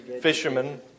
fishermen